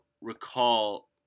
recall